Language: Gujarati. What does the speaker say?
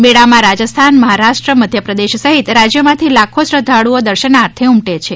મેળામાં રાજથાનમહારાષ્ટ્ર મધ્યપ્રદેશ સહિત રાજયોમાંથી લાખો શ્રધ્ધાળુઓ દશનાર્થે ઉમટે છે